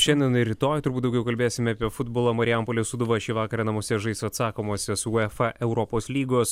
šiandien ir rytoj turbūt daugiau kalbėsim apie futbolą marijampolė sūduva šį vakarą namuose žais atsakomąsias uefa europos lygos